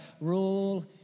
rule